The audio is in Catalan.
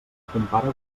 compare